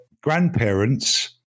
grandparents